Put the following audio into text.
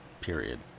Period